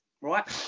right